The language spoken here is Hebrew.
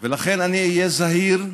לכן אני אהיה זהיר.